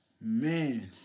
man